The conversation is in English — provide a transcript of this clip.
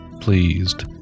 pleased